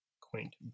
quaint